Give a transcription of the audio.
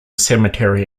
cemetery